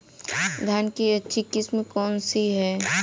धान की अच्छी किस्म कौन सी है?